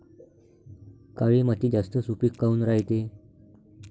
काळी माती जास्त सुपीक काऊन रायते?